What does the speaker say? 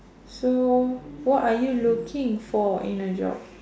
so what are you looking for in a job